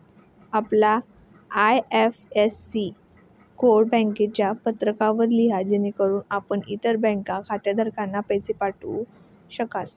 आपला IFSC code बँकेच्या पत्रकावर लिहा जेणेकरून आपण इतर बँक खातेधारकांना पैसे पाठवू शकाल